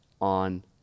on